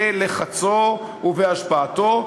בלחצו ובהשפעתו,